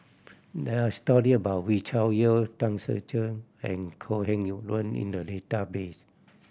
there are story about Wee Cho Yaw Tan Ser Cher and Kok Heng Leun in the database